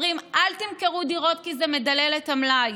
אומרים: אל תמכרו דירות, כי זה מדלל את המלאי.